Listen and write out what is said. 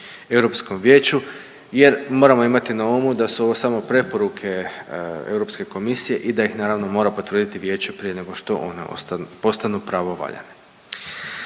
i na EV-u jer moramo imati na umu da su ovo samo preporuke EK-a i da ih naravno, mora potvrditi Vijeće prije nego što one postanu pravovaljane.